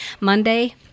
Monday